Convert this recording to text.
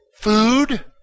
food